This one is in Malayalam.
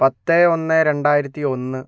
പത്ത് ഒന്ന് രണ്ടായിരത്തി ഒന്ന്